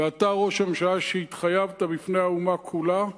ואתה, ראש הממשלה, שהתחייבת בפני האומה כולה,